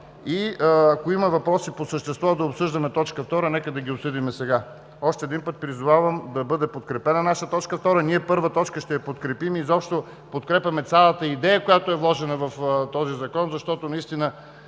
ако има въпроси по същество да обсъждаме точка втора, нека да ги обсъдим сега. Още един прът призовавам да бъде подкрепена нашата точка втора. Ние ще подкрепим първа точка, изобщо подкрепяме цялата идея, вложена в този Закон, защото наистина